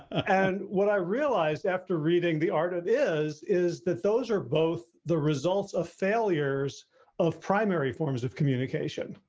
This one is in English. and what i realized after reading the art of it is is that those are both the results of failures of primary forms of communication,